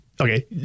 Okay